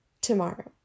tomorrow